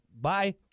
Bye